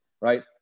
right